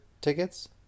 tickets